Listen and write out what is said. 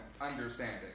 understanding